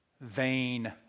vain